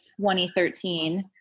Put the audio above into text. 2013